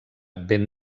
ben